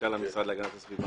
למנכ"ל המשרד להגנת הסביבה.